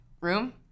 room